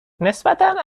نسبتا